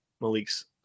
Malik's